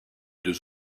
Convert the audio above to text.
deux